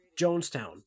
Jonestown